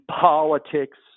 politics